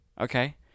Okay